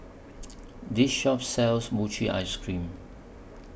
This Shop sells Mochi Ice Cream